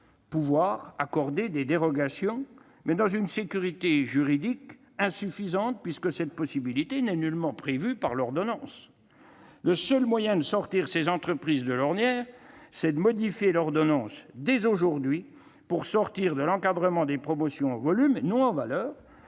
vouloir accorder des dérogations, mais la sécurité juridique est insuffisante, puisque cette possibilité n'est nullement prévue par l'ordonnance. Le seul moyen de sortir ces entreprises de l'ornière, c'est de modifier l'ordonnance dès aujourd'hui pour ôter de l'encadrement des promotions en volume, et non en valeur,